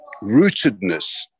rootedness